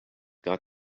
got